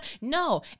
No